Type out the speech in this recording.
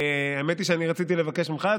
האמת היא שאני רציתי לבקש ממך,